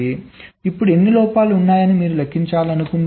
కాబట్టి ఇప్పుడు ఎన్ని లోపాలు ఉన్నాయి అని మీరు లెక్కించాలనుకుంటే